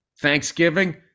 Thanksgiving